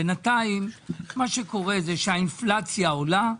בנתיים מה שקורה זה שהאינפלציה עולה,